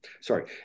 sorry